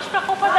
לא,